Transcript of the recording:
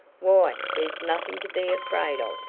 why, there's nothing to be afraid of,